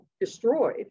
destroyed